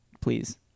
please